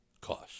cost